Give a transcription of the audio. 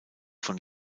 von